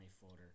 folder